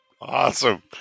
Awesome